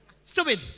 Stupid